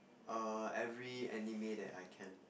err every anime that I can